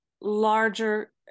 larger